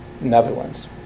Netherlands